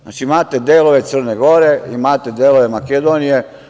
Znači, imate delove Crne Gore, imate delove Makedonije.